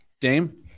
Dame